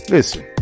Listen